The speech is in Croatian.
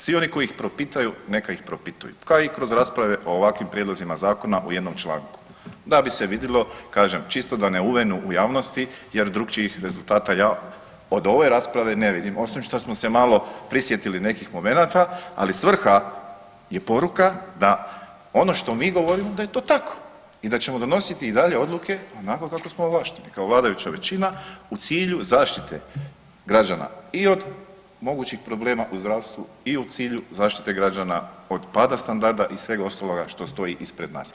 Svi oni koji ih propituju neka ih propituju kao i kroz rasprave o ovakvim prijedlozima zakona u jednom članku, da bi se vidilo kažem da čisto da ne uvenu u javnosti jer drukčijih rezultata ja od ove rasprave ne vidim, osim što smo se malo prisjetili nekih momenata, ali svrha i poruka da ono što mi govorimo da je to tako i da ćemo donositi i dalje odluke onako kako smo ovlašteni, kao vladajuća većina u cilju zaštite građana i od mogućih problema u zdravstvu i u cilju zaštite građana od pada standarda i svega ostaloga što stoji ispred nas.